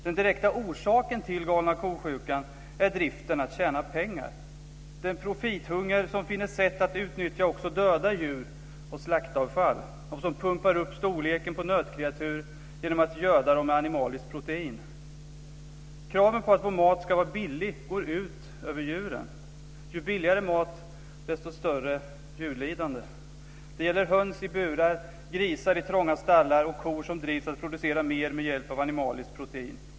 Den direkta orsaken till galna ko-sjukan är driften att tjäna pengar, den profithunger som finner sätt att utnyttja också döda djur och slaktavfall och som pumpar upp storleken på nötkreatur genom att göda dem med animaliskt protein. Kravet på att vår mat ska vara billig går ut över djuren - ju billigare mat, desto större djurlidande. Det gäller höns i burar, grisar i trånga stallar och kor som drivs till att producera mer med hjälp av animaliskt protein.